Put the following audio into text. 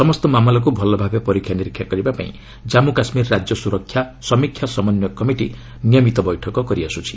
ସମସ୍ତ ମାମଲାକୁ ଭଲ ଭାବେ ପରୀକ୍ଷା ନିରୀକ୍ଷା କରିବା ପାଇଁ ଜାମ୍ମୁ କାଶ୍ମୀର ରାଜ୍ୟ ସୁରକ୍ଷା ସମୀକ୍ଷା ସମନ୍ୱୟ କମିଟି ନିୟମିତ ବୈଠକ କରି ଆସୁଛି